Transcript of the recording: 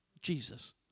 Jesus